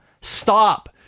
Stop